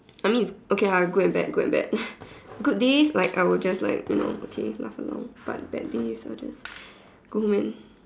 I mean it's okay lah good and bad good and bad good days like I will just like you know okay laugh along but bad days I will just go home and